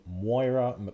Moira